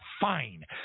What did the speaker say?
fine